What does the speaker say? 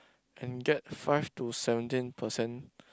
and get five to seventeen percent